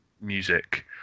music